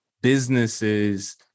businesses